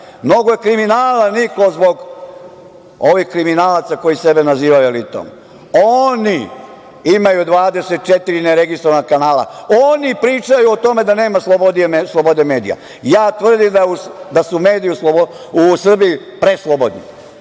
mnogo je kriminala niklo zbog ovih kriminalaca koji sebe nazivaju elitom. Oni imaju 24 ne registrovana kanala, oni pričaju o tome da nema slobode medija. Ja tvrdim da su mediji u Srbiji preslobodni. Zamislite